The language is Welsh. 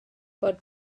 bod